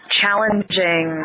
challenging